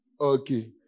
Okay